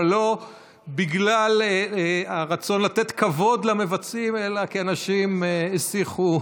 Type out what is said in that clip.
אבל לא בגלל הרצון לתת כבוד למבצעים אלא כי אנשים השיחו,